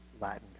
Latin